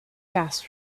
gas